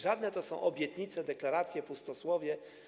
Żadne to są obietnice, deklaracje, pustosłowie.